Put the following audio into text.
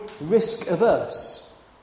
risk-averse